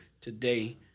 today